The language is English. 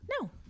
no